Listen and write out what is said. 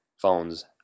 phones